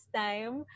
time